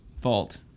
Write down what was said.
fault